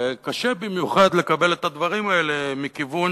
וקשה במיוחד לקבל את הדברים האלה מכיוון